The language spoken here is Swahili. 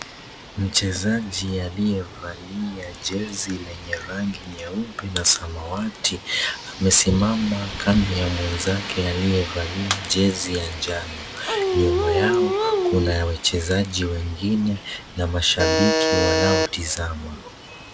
Mchezaji aliyevalia jezi lenye rangi nyeupe na samawati amesimama kando ya mwenzake aliyevalia jezi ya njano, nyuma yao kuna wachezaji wengine na mashabiki wanaotizama.